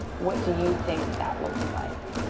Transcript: what do you think that looks like?